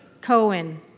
Cohen